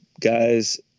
guys